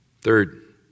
third